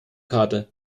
karte